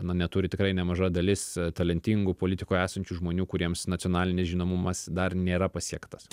na neturi tikrai nemaža dalis talentingų politikoje esančių žmonių kuriems nacionalinis žinomumas dar nėra pasiektas